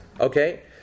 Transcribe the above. Okay